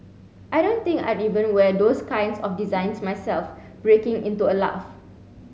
I don't think I'd even wear those kinds of designs myself breaking into a laugh